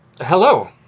Hello